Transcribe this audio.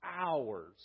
hours